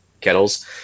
kettles